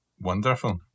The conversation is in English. Wonderful